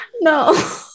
No